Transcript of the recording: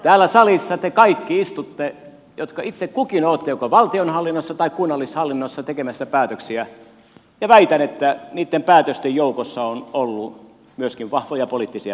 täällä salissa te kaikki istutte jotka itse kukin olette joko valtionhallinnossa tai kunnallishallinnossa tekemässä päätöksiä ja väitän että niitten päätösten joukossa on ollut myöskin vahvoja poliittisia päätöksiä